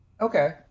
Okay